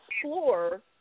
explore